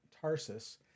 Tarsus